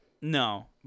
No